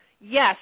yes